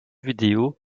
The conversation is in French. vidéo